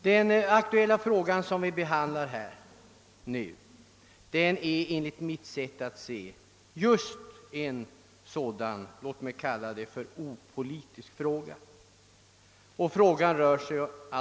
Den fråga som vi nu behandlar är enligt mitt sätt att se just en sådan »opolitisk» fråga.